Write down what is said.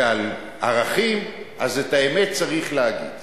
ועל ערכים, אז את האמת צריך להגיד.